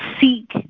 seek